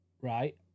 Right